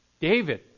David